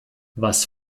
was